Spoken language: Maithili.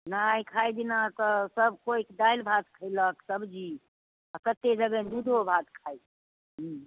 नहाए खाए दिना अहाँकऽ सभकेओकऽ दालि भात खयलक सबजी आ कतेक जगह दूधो भात खाइत छै हूँ